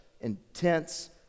intense